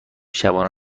شبانه